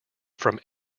from